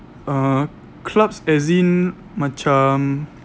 uh clubs as in macam